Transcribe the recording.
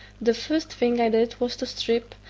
the first thing i did was to strip,